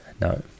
no